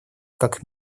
как